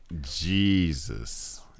Jesus